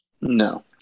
No